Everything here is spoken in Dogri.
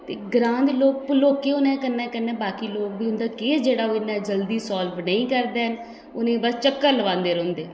ते ग्रांऽ दे लोक भलोके होने दे कन्नै कन्नै बाकी लोक बी उं'दा केस जेह्ड़ा ओह् इ'न्ना जल्दी साल्व नेईं करदे न उ'नें गी बस चक्कर लोआंदे रौंह्दे